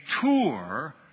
tour